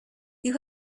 you